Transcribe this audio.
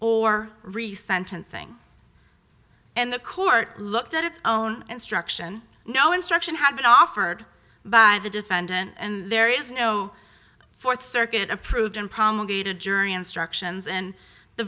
resign tensing and the court looked at its own instruction no instruction had been offered by the defendant and there is no fourth circuit approved and promulgated jury instructions and the